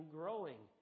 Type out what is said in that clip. growing